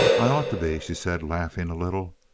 i ought to be, she said, laughing a little.